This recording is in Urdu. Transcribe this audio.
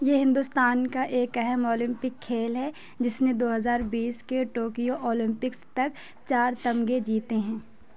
یہ ہندوستان کا ایک اہم اولمپک کھیل ہے جس میں دو ہزار بیس کے ٹوکیو اولمپکس تک چار تمغے جیتے ہیں